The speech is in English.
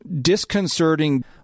disconcerting